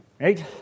Right